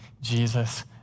Jesus